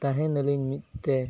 ᱛᱟᱦᱮᱱᱟᱞᱤᱧ ᱢᱤᱫᱛᱮ